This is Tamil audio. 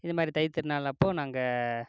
இது மாதிரி தைத் திருநாளப்போ நாங்கள்